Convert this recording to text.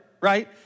right